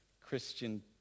Christian